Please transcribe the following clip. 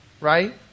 right